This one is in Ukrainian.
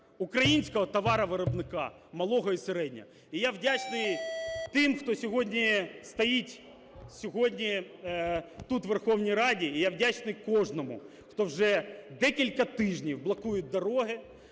українського товаровиробника малого і середнього. І я вдячний тим, хто сьогодні стоїть... сьогодні тут у Верховній Раді, і я вдячний кожному, хто вже декілька тижнів блокують дороги,